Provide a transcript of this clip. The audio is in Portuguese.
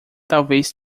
talvez